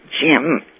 Jim